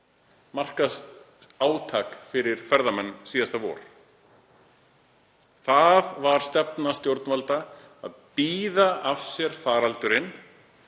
markaðsátak fyrir ferðamenn síðasta vor? Stefna stjórnvalda var að bíða af sér faraldurinn